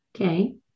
Okay